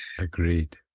agreed